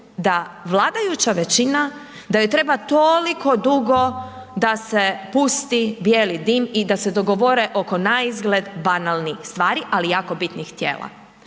da vladajuća većina da joj treba toliko dugo da se pusti bijeli dim i da se dogovore oko naizgled banalnih stvari ali jako bitnih tijela.